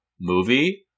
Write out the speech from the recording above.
movie